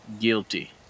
guilty